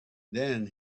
then